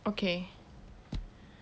okay